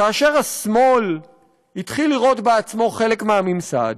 כאשר השמאל התחיל לראות בעצמו חלק מהממסד,